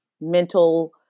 mental